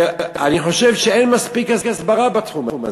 ואני חושב שאין מספיק הסברה בתחום הזה.